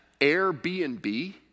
Airbnb